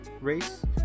race